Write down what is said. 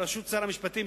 בראשות שר המשפטים,